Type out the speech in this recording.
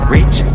Rich